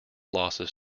losses